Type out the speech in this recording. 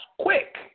quick